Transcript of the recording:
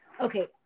okay